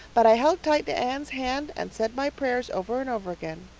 but i held tight to anne's hand and said my prayers over and over again.